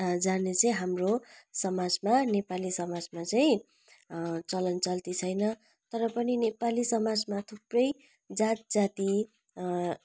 आ जाने चाहिँ हाम्रो समाजमा नेपाली समाजमा चाहिँ चलन चल्ती छैन तर पनि नेपाली समाजमा थुप्रै जात जाति